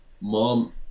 mom